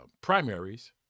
primaries